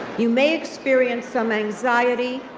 you may experience some anxiety,